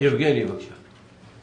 היא תהיה איתנו בזום.